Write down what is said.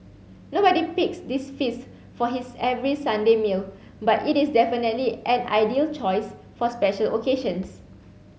nobody picks this feast for his every Sunday meal but it is definitely an ideal choice for special occasions